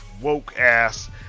woke-ass